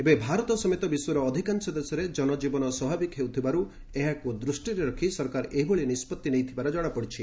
ଏବେ ଭାରତ ସମେତ ବିଶ୍ୱର ଅଧିକାଂଶ ଦେଶରେ ଜନଜୀବନ ସ୍ୱାଭାବିକ ହେଉଥିବାରୁ ଏହାକ୍ୱ ଦୃଷ୍ଟିରେ ରଖି ସରକାର ଏଭଳି ନିଷ୍ପଭି ନେଇଥିବା ଜଣାପଡିଛି